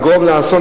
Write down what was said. לגרום לאסון,